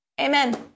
Amen